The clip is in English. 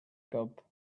cup